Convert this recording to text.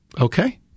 Okay